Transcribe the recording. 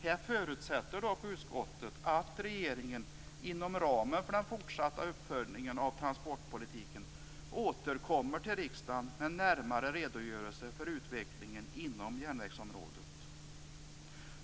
Här förutsätter dock utskottet att regeringen inom ramen för den fortsatta uppföljningen av transportpolitiken återkommer till riksdagen med en närmare redogörelse för utvecklingen inom järnvägsområdet.